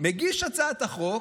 מגיש הצעת החוק,